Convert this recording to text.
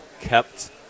kept